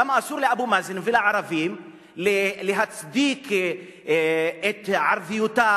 למה אסור לאבו מאזן ולערבים להצדיק את ערביותה